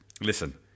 Listen